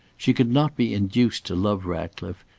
she could not be induced to love ratcliffe,